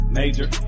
major